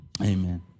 Amen